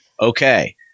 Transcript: okay